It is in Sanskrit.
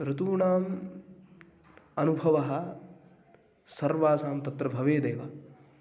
ऋतूनाम् अनुभवः सर्वासां तत्र भवेदेव